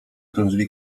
krążyli